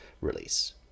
release